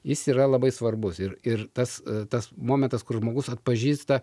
jis yra labai svarbus ir ir tas tas momentas kur žmogus atpažįsta